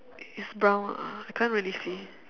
it's brown ah I can't really see